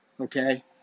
okay